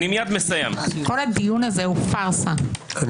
כל הדיון הזה הוא פארסה אחת גדולה.